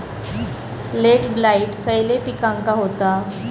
Late blight खयले पिकांका होता?